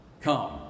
come